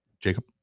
Jacob